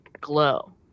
glow